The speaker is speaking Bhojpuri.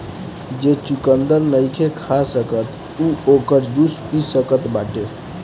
जे चुकंदर नईखे खा सकत उ ओकर जूस पी सकत बाटे